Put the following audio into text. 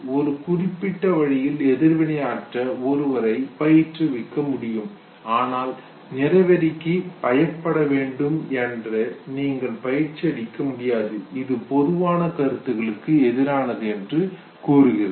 ஒரு குறிப்பிட்ட வழியில் எதிர்வினையாற்ற ஒருவரைப் பயிற்றுவிக்க முடியும் ஆனால் நிறவெறிக்கு பயப்படவேண்டாம் என்று நீங்கள் பயிற்சியளிக்க முடியாது இது பொதுவான கருத்துக்களுக்கு எதிரானது என்று கூறுகிறது